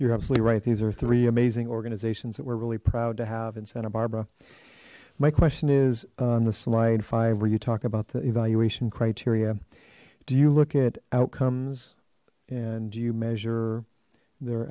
you're absolutely right these are three amazing organizations that we're really proud to have in santa barbara my question is on the slide five where you talk about the you asian criteria do you look at outcomes and you measure their